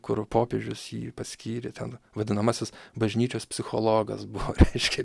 kur popiežius jį paskyrė ten vadinamasis bažnyčios psichologas buvo reiškia